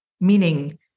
meaning